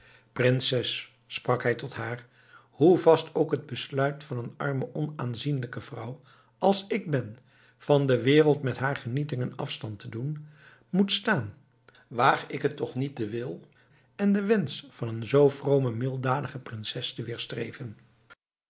prinses sprak hij tot haar hoe vast ook het besluit van een arme onaanzienlijke vrouw als ik ben van de wereld met haar genietingen afstand te doen moet staan waag ik het toch niet den wil en den wensch van een zoo vrome en milddadige prinses te